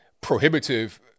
prohibitive